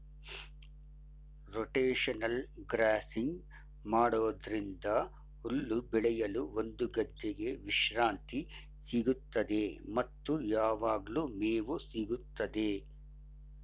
rotational grazing ಮಾಡೋದ್ರಿಂದ ಹುಲ್ಲು ಬೆಳೆಯಲು ಒಂದು ಗದ್ದೆಗೆ ವಿಶ್ರಾಂತಿ ಸಿಗುತ್ತದೆ ಮತ್ತು ಯಾವಗ್ಲು ಮೇವು ಸಿಗುತ್ತದೆ